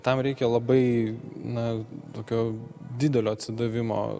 tau reikia labai na tokio didelio atsidavimo